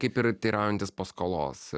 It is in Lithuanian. kaip ir teiraujantis paskolos